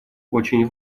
очень